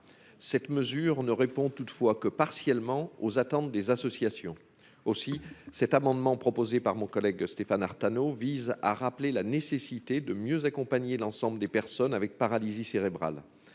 cette mesure ne répond toutefois que partiellement aux attentes des associations aussi cet amendement proposé par mon collègue Stéphane Artano vise à rappeler la nécessité de mieux accompagner l'ensemble des personnes avec paralysie cérébrale,